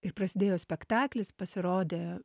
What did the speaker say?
ir prasidėjo spektaklis pasirodė